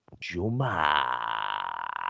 Juma